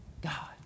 God